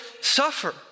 suffer